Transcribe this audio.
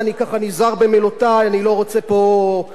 אני לא רוצה להטיל דופי באיש,